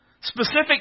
Specific